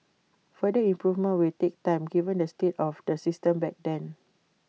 further improvements will take time given the state of the system back then